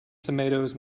tomatoes